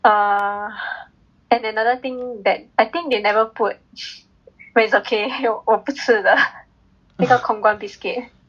err and another thing that I think they never put but it's okay 我不吃的那个 khong-guan biscuit